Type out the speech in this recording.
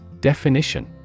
Definition